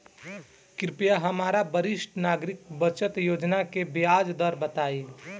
कृपया हमरा वरिष्ठ नागरिक बचत योजना के ब्याज दर बताई